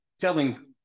telling